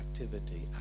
activity